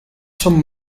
some